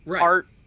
art